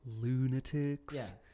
lunatics